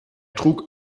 trug